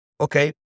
okay